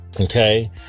Okay